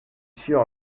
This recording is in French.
sur